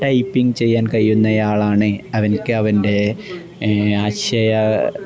typing ചെയ്യാൻ കഴിയുന്നയാളാണ് അവന് അവൻ്റെ ആശയ